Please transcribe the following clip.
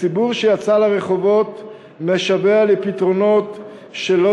הציבור שיצא לרחובות משווע לפתרונות שלא